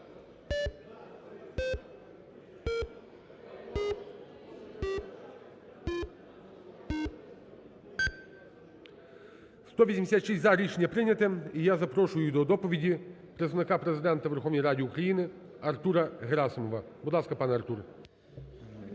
За-186 Рішення прийняте. І я запрошую до доповіді Представника Президента у Верховній Раді України Артура Герасимова. Будь ласка, пане Артуре.